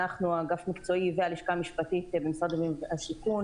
האגף המקצועי והלשכה המשפטית במשרד הבינוי והשיכון,